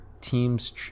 teams